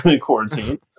Quarantine